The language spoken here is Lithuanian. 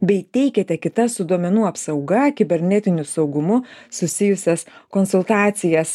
bei teikiate kitas su duomenų apsauga kibernetiniu saugumu susijusias konsultacijas